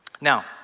Now